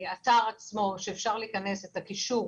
האתר עצמו שאפשר להיכנס, את הקישור